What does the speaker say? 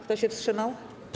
Kto się wstrzymał?